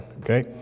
okay